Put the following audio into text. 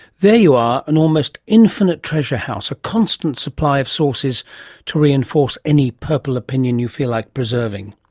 there you are, an almost infinite treasure house, a constant supply of sources to reinforce any purple opinion you feel like preserving.